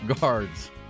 guards